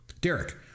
Derek